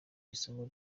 isomo